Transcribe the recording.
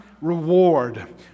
reward